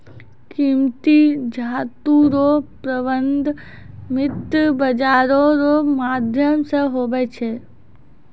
कीमती धातू रो प्रबन्ध वित्त बाजारो रो माध्यम से हुवै छै